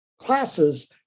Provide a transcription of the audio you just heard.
classes